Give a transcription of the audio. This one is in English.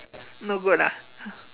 no good ah